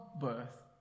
Birth